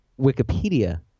Wikipedia